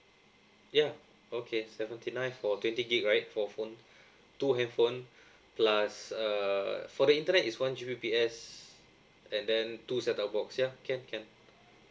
ya okay seventy nine for twenty gig right for phone two handphone plus uh for the internet is one G_B_P_S and then two setup box ya can can